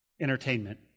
entertainment